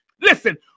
Listen